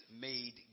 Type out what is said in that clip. made